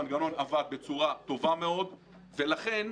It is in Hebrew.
המנגנון עבד בצורה טובה מאוד ולכן,